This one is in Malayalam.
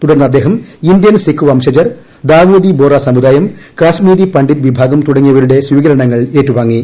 തുടർന്ന് അദ്ദേഹം ഇന്ത്യൻ സിക്ക് വംശജർ ദാവൂദി ബോറ സമുദായം കശ്മീരി പണ്ഡിറ്റ് വിഭാഗം തുടങ്ങിയവരുടെ സ്വീകരണങ്ങൾ ഏറ്റുവാങ്ങി